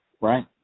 Right